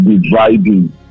dividing